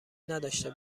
نداشته